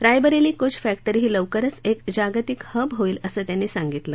Raebareli coach factory ही लवकरच एक जागतिक हब होईल असं त्यांनी सांगितलं